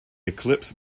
eclipse